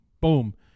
Boom